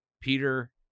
Peter